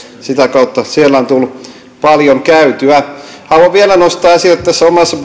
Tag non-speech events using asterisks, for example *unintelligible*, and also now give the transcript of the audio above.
sitä kautta siellä on tullut paljon käytyä haluan vielä nostaa esille tässä omassa *unintelligible*